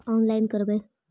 Online करवे?